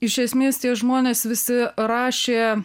iš esmės tie žmonės visi rašė